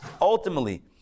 ultimately